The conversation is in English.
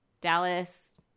Dallas